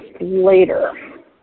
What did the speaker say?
later